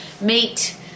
meat